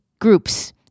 groups